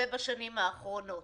ובשנים האחרונות.